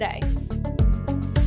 today